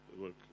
work